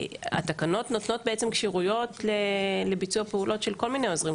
התקנות נותנות כשירויות לביצוע פעולות של כל מיני עוזרים,